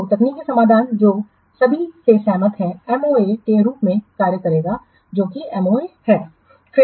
तो तकनीकी समाधान जो सभी से सहमत है वह MoA के रूप में कार्य करेगा जो कि MoA है